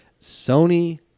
sony